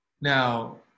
Now